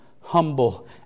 humble